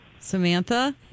Samantha